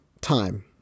time